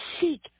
seek